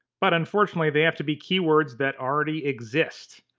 but unfortunately they have to be keywords that already exist.